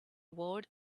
ward